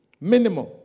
minimum